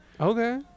Okay